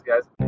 guys